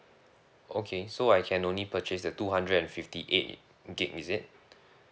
okay so I can only purchase the two hundred and fifty eight gig is it